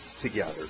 together